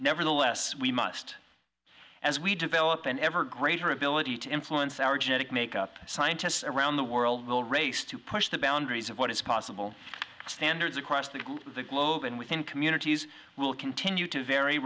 nevertheless we must as we develop an ever greater ability to influence our genetic makeup scientists around the world will race to push the boundaries of what is possible standards across the globe the globe and within communities will continue to vary